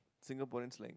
Singaporeans like